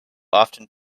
often